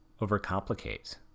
overcomplicate